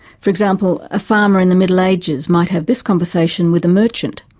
for example, a farmer in the middle ages might have this conversation with a merchant,